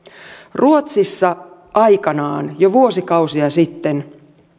ruotsissa aikoinaan jo vuosikausia sitten